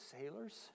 sailors